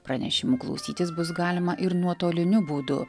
pranešimų klausytis bus galima ir nuotoliniu būdu